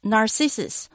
Narcissus